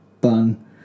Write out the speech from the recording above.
bun